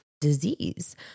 disease